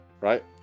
right